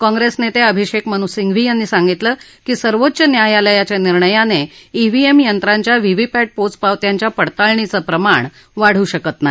काँग्रेस नेते अभिषेक मनू सिंघवी यांनी सांगितलं की सर्वोच्च न्यायालयाच्या निर्णयाने ईव्हीएम यंत्रांच्या व्हीव्हीपॅट पोचपावत्यांच्या पडताळणीचं प्रमाण वाढू शकत नाही